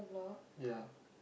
ya